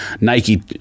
Nike